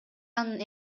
анын